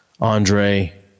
Andre